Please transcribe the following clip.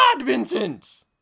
Vincent